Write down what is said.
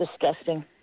disgusting